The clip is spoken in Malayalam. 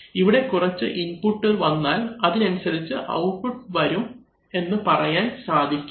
ഇവിടെ കുറച്ച് ഇൻപുട്ട് വന്നാൽ അതിനനുസരിച്ച് ഔട്ട്പുട്ട് വരും എന്ന് പറയാൻ സാധിക്കില്ല